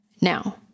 Now